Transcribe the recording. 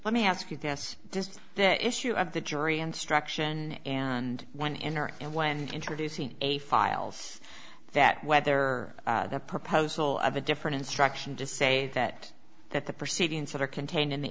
let me ask you this just that issue of the jury instruction and when in are and when introducing a files that whether the proposal of a different instruction to say that that the proceedings that are contained in the